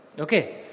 Okay